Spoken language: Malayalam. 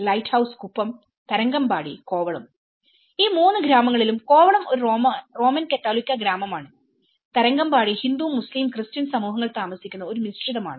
ലൈറ്റ്ഹൌസ് കുപ്പം തരങ്കമ്പാടി കോവളംഈ മൂന്ന് ഗ്രാമങ്ങളിലും കോവളം ഒരു റോമൻ കത്തോലിക്കാ ഗ്രാമമാണ് തരംഗമ്പാടി ഹിന്ദു മുസ്ലീം ക്രിസ്ത്യൻ സമൂഹങ്ങൾ താമസിക്കുന്ന ഒരു മിശ്രിതമാണ്